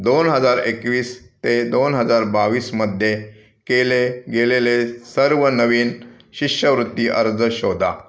दोन हजार एकवीस ते दोन हजार बावीसमध्ये केले गेलेले सर्व नवीन शिष्यवृत्ती अर्ज शोधा